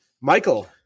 Michael